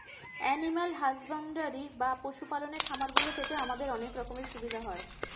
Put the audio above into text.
animal husbandry বা পশু পালনের খামার গুলো থেকে আমাদের অনেক রকমের সুবিধা হয়